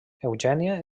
eugènia